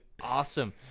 awesome